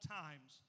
times